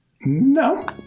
No